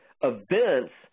Events